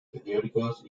periódicos